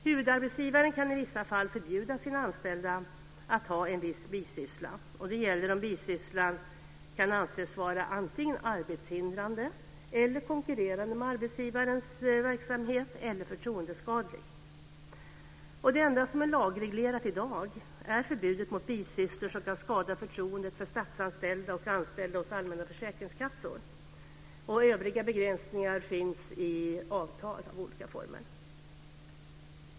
Huvudarbetsgivaren kan i vissa fall förbjuda sina anställda att ha en viss bisyssla, och det gäller om bisysslan kan anses vara arbetshindrande, konkurrerande med arbetsgivarens verksamhet eller förtroendeskadlig. Det enda som är lagreglerat i dag är förbudet mot bisysslor som kan skada förtroendet för statsanställda och anställda hos allmänna försäkringskassor. Övriga begränsningar finns i avtal av olika former.